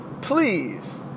Please